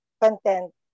content